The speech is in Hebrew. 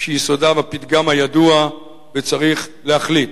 שיסודה בפתגם הידוע, וצריך להחליט: